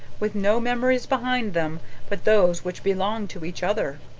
with no memories behind them but those which belonged to each other?